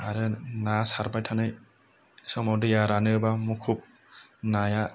आरो ना सारबाय थानाय समाव दैआ रानोबा मुखुब नाया